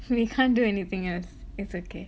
we can't do anything else it's okay